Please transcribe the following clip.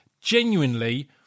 genuinely